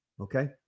Okay